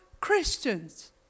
Christians